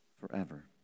forever